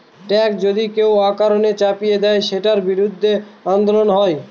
tax যদি কেউ অকারণে চাপিয়ে দেয়, সেটার বিরুদ্ধে আন্দোলন হয়